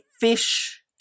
fish